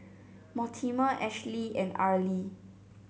Mortimer Ashley and Arely